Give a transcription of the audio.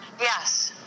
Yes